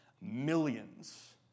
Millions